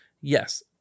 Yes